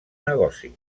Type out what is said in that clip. negocis